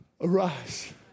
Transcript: arise